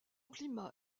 climat